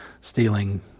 stealing